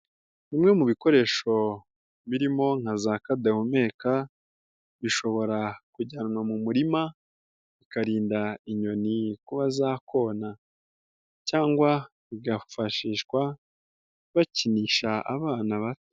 Bimwe mu bikoresho birimo nka za kadahumeka bishobora kujyanwa mu murima bikarinda inyoni kuba zakona cyangwa bigafashishwa bakinisha abana bato.